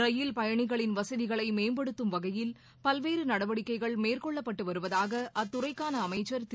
ரயில் பயனிகளின் வசதிகளை மேம்படுத்தும் வகையில் பல்வேறு நடவடிக்கைகள் மேற்கொள்ளப்பட்டு வருவதாக அத்துறைக்கான அமைச்சர் திரு